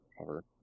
cover